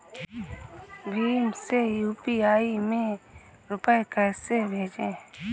भीम से यू.पी.आई में रूपए कैसे भेजें?